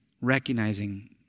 recognizing